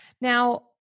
Now